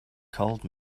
called